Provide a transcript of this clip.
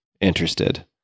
interested